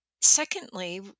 secondly